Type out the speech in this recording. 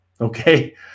Okay